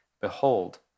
behold